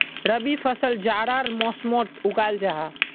रबी फसल जाड़ार मौसमोट उगाल जाहा